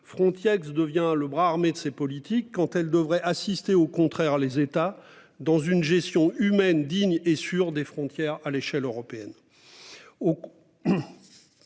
frontière ex- devient le bras armé de ces politiques quand elle devrait assister au contraire les États dans une gestion humaine digne et sur des frontières à l'échelle européenne.